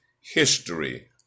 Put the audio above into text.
History